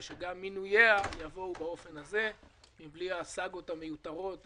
שגם מינוייה יבואו בלי הסאגות המיותרות,